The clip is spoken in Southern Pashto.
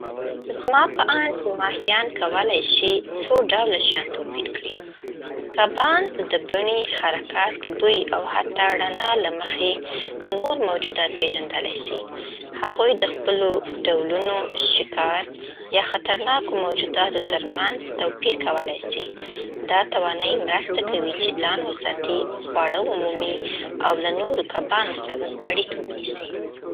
زما په اند، ماهیان کولی شي څو ډوله شیان توپیر کړي. کبان د بڼې، حرکت، بوی او حتی رڼا له مخې نور موجودات پېژندلای سي. هغوی د خپلو ډولونو، ښکار، یا خطرناکو موجوداتو ترمنځ توپیر کولی سي. دا توانایي مرسته کوي چې ځان وساتي، خواړه ومومي، او له نورو کبانو سره اړیکه ونیسي.